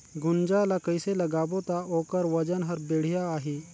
गुनजा ला कइसे लगाबो ता ओकर वजन हर बेडिया आही?